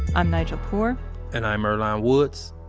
i'm nigel poor and i'm earlonne um woods.